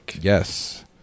Yes